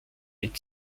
mit